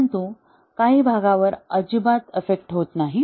परंतु काही भागावर अजिबात अफ्फेक्ट होत नाही